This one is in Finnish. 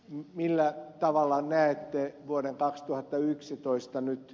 millä tavalla näitten vuoden kaksituhattayksitoista nyt